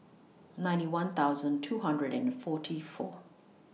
ninety one thousand two hundred and forty four